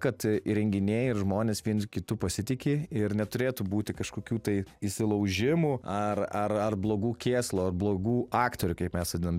kad įrenginiai ir žmonės viens kitu pasitiki ir neturėtų būti kažkokių tai įsilaužimų ar ar ar blogų kėslų ar blogų aktorių kaip mes vadinam